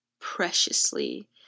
preciously